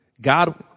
God